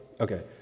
Okay